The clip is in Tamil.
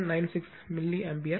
96 மில்லி ஆம்பியர்